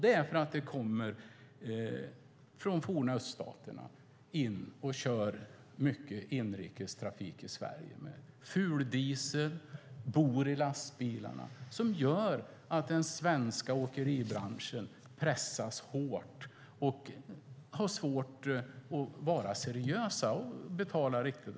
Många kommer till Sverige från de forna öststaterna och kör på fuldiesel, och de bor i lastbilarna. Det gör att den svenska åkeribranschen pressas hårt och får svårt att vara seriös och betala riktigt.